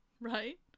right